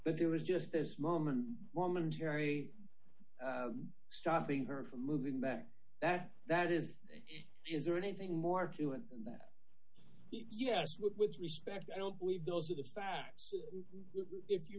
but there was just this moment momentary stopping her from moving back that that is is there anything more to it than that you know with respect i don't believe those are the facts if you